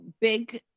big